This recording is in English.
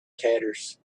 tatters